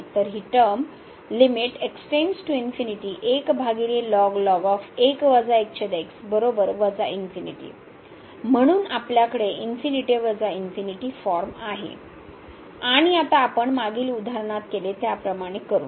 तर ही टर्म म्हणून आपल्याकडे फॉर्म आहे आणि आता आपण मागील उदाहरणात केले त्याप्रमाणे करू